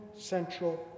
central